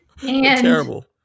Terrible